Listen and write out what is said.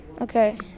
okay